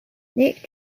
nick